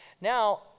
Now